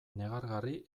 negargarri